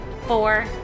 four